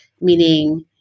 meaning